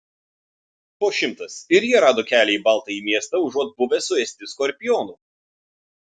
po šimtas ir jie rado kelią į baltąjį miestą užuot buvę suėsti skorpionų